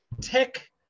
tech